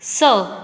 स